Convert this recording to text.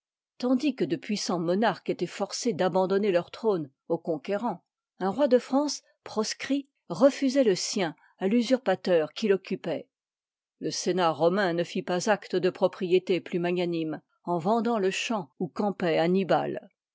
tandis que de puissans monarques étoient forcés d'abandonner leurs trônes au conquérant un roi de france proscrit refusoitle sien à l'usurpateur qui l'occupoit le sénat romain ne fit pas acte de propriété plus magnanime en vendant le champ où camp oit annibal